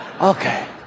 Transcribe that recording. Okay